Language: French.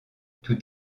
tout